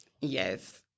Yes